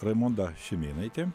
raimonda šimėnaitė